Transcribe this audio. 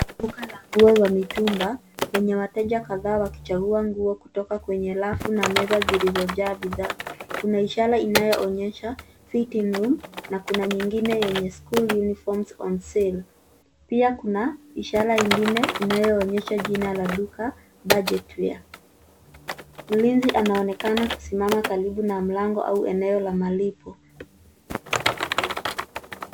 Duka la nguo za mitumba lenye wateja kadhaa wakichagua nguo kutoka kwenye rafu na meza zilizojaa bidhaa, kuna ishara inayoonyesha Fitting Room na kuna nyingine yenye School Uniforms On Sale. Pia kuna ishara ingine inayoonyesha jina la duka Budget Wear. Mlinzi anaonekana kusimama karibu na mlango au eneo la malipo.